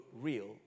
real